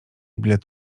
bilet